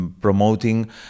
Promoting